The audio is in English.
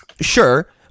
Sure